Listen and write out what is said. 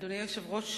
אדוני היושב-ראש,